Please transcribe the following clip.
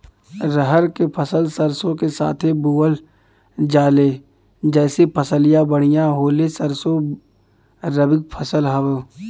रहर क फसल सरसो के साथे बुवल जाले जैसे फसलिया बढ़िया होले सरसो रबीक फसल हवौ